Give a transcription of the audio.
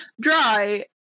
dry